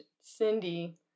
Cindy